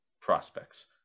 prospects